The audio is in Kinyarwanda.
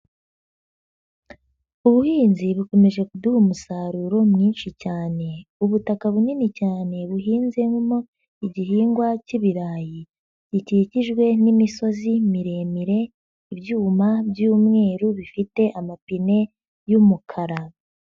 Ubuhinzi bukomeje kuduha umusaruro mwinshi cyane. Ubutaka bunini cyane buhinzemo igihingwa cy'ibirayi gikikijwe n'imisozi miremire, ibyuma by'umweru bifite amapine y'umukara.